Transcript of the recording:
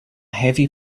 heavy